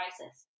crisis